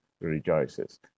rejoices